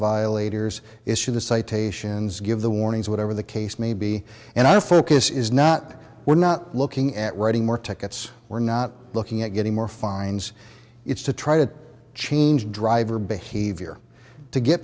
violators issue the citations give the warnings whatever the case may be and our focus is not we're not looking at writing more tickets we're not looking at getting more fines it's to try to change driver behavior to g